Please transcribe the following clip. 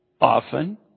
often